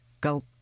go